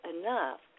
enough